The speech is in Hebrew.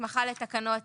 הסמכה לתקנות